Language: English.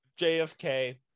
JFK